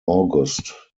august